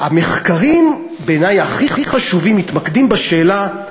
המחקרים הכי חשובים בעיני מתמקדים בשאלה: